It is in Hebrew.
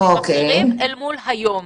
ביישובים אחרים, אל מול היום,